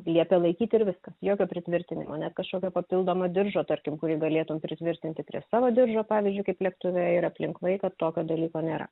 liepia laikyt ir viskas jokio pritvirtinimo net kažkokio papildomo diržo tarkim kurį galėtum pritvirtinti prie savo diržo pavyzdžiui kaip lėktuve ir aplink vaiką tokio dalyko nėra